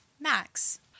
Max